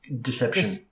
Deception